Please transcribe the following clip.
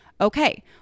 Okay